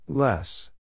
Less